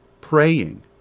Praying